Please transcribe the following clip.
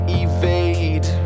evade